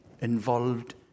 involved